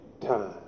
time